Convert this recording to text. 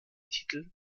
titel